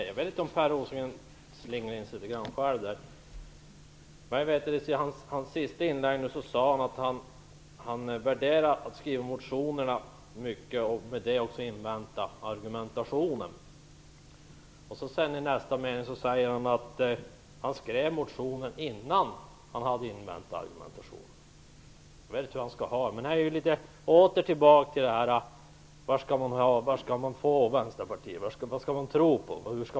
Fru talman! Per Rosengren slingrar kanske in sig litet grand där. I sitt sista inlägg sade Per Rosengren att han värderar att skriva motioner och att invänta argumentationen. I nästa mening säger han att han skrev motionen innan han hade inväntat argumentationen. Jag vet inte hur han skall ha det. Vi är åter tillbaka till detta: Vad skall man tro om Vänsterpartiet?